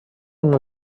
una